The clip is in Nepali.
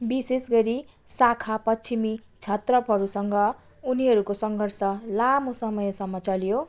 विशेष गरी शाखा पश्चिमी क्षत्रपहरूसँग उनीहरूको सङ्घर्ष लामो समयसम्म चल्यो